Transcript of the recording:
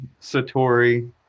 satori